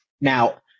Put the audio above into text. Now